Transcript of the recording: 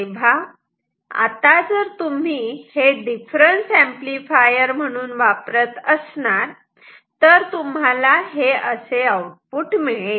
तेव्हा आता जर तुम्ही हे डिफरन्स एम्पलीफायर म्हणून वापरत असणार तर तुम्हाला हे असे आउटपुट मिळेल